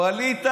ווליד טאהא,